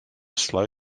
slow